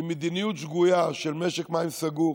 עם מדיניות שגויה של משק מים סגור.